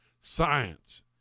science